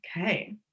Okay